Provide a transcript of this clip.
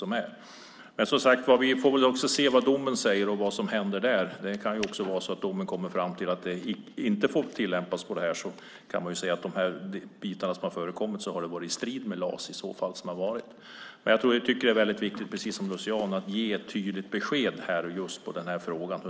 Vi får se vad domen säger och vad som händer där. Domen kanske kommer fram till att lagen inte får tillämpas så här och att det har skett i strid med LAS. Precis som Luciano tycker jag att det viktigt att ge tydligt besked i denna fråga.